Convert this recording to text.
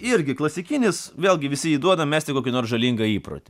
irgi klasikinis vėlgi visi įduoda mesti kokį nors žalingą įprotį